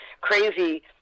crazy